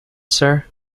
sir